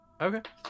Okay